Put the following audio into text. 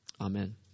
Amen